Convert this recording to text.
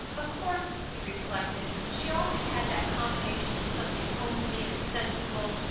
of course, he reflected, she always had that combination of something homely and sensible,